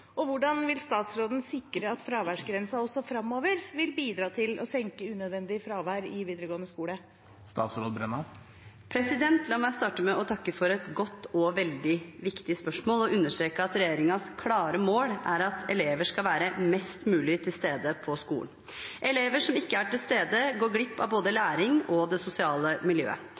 og hvordan vil statsråden sikre at fraværsgrensen også fremover vil bidra til å senke unødvendig fravær i videregående skole?» La meg starte med å takke for et godt og veldig viktig spørsmål og understreke at regjeringens klare mål er at elever skal være mest mulig til stede på skolen. Elever som ikke er til stede, går glipp av både læring og det sosiale miljøet.